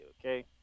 okay